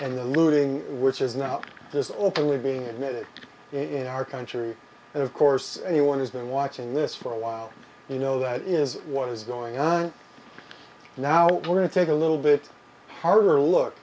and the looting which is now up this openly being admitted in our country and of course anyone who's been watching this for a while you know that is what is going on now to take a little bit harder look